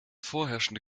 vorherrschende